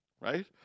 Right